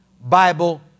Bible